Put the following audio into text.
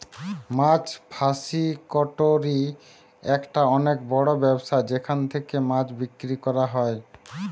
মাছ ফাসিকটোরি একটা অনেক বড় ব্যবসা যেখান থেকে মাছ বিক্রি করা হয়